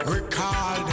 Recall